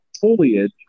foliage